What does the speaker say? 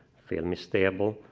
film is stable,